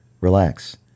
Relax